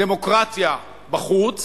דמוקרטיה בחוץ